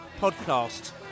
podcast